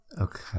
Okay